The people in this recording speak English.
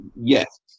Yes